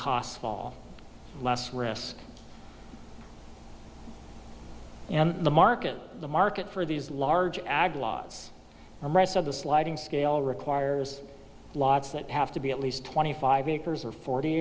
costs fall less risk and the market the market for these large ag lives the rest of the sliding scale requires lots that have to be at least twenty five acres or forty